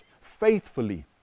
faithfully